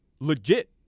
legit